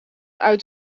uit